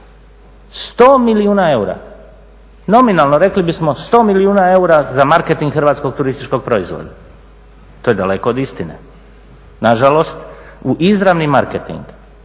100 milijuna eura. Nominalno rekli bismo 100 milijuna eura za marketing hrvatskog turističkog proizvoda. To je daleko od istine. Nažalost, u izravni marketing,